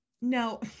No